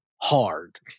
hard